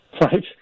Right